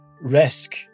risk